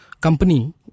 company